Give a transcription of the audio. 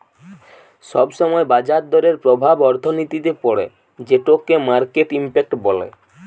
সব সময় বাজার দরের প্রভাব অর্থনীতিতে পড়ে যেটোকে মার্কেট ইমপ্যাক্ট বলে